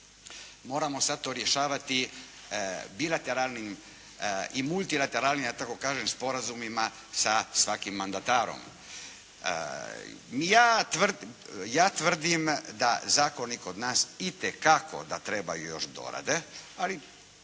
moramo sada to rješavati bilateralnim i multilateralnim ja tako kažem sporazumima sa svakim mandatarom. Ja tvrdim da zakoni kod nas itekako da trebaju još dorade, ali